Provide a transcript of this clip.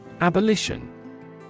Abolition